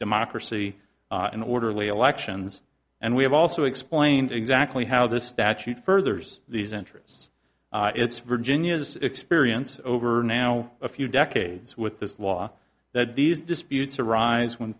democracy in orderly elections and we have also explained exactly how this statute furthers these interests it's virginia's experience over now a few decades with this law that these disputes arise when